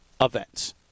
events